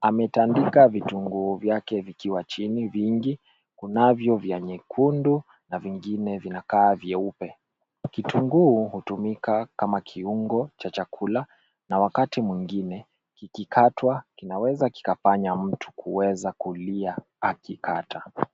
Ametandika vitunguu vyake vikiwa chini vingi. Kunavyo vya nyekundu na vingine vinakaa vieupe. Kitunguu hutukima kama kiungo cha chakula na wakati mwingine, kikikatwa kinaweza kikafanya mtu kuweza kulia akikata.